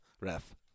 ref